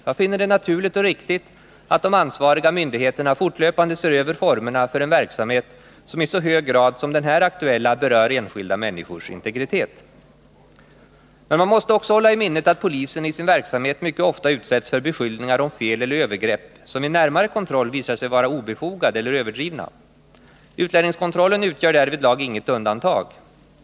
Jag finner det naturligt och riktigt att de ansvariga myndigheterna fortlöpande ser över formerna för en verksamhet som i så hög grad som den här aktuella berör enskilda människors integritet. Men man måste också hålla i minnet att polisen i sin verksamhet mycket ofta utsätts för beskyllningar om fel eller övergrepp, som vid närmare kontroll visar sig vara obefogade eller överdrivna. Utlänningskontrollen utgör därvidlag inget undantag.